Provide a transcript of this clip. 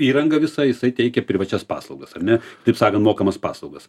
įrangą visą jisai teikia privačias paslaugas ar ne taip sakant mokamas paslaugas